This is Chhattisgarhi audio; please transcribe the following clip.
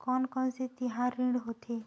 कोन कौन से तिहार ऋण होथे?